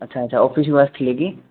ଆଚ୍ଛା ଆଚ୍ଛା ଅଫିସରୁ ଆସୁଥିଲେ କି